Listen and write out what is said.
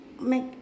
make